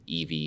EV